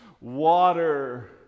water